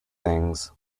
things